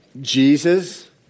Jesus